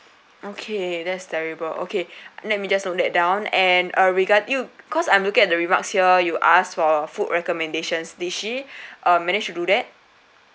okay that's terrible okay let me just note that down and uh regard you because I'm looking at the remarks here you've asked for food recommendations did she um managed to do that